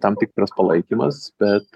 tam tikras palaikymas bet